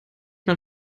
man